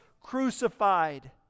crucified